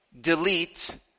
delete